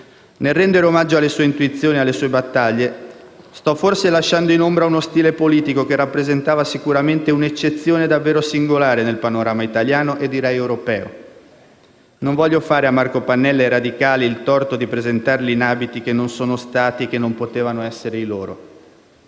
Nel rendere omaggio alle sue intuizioni e alle sue battaglie, sto forse lasciando in ombra uno stile politico che rappresentava sicuramente un'eccezione davvero singolare nel panorama italiano e, direi, europeo. Non voglio fare a Marco Pannella e ai radicali il torto di presentarli in abiti che non sono stati e che non potevano essere i loro.